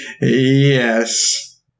Yes